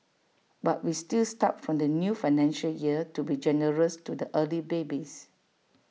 but we will start from the new financial year to be generous to the early babies